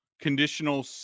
conditional